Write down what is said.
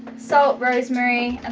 salt, rosemary